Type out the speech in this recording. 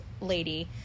lady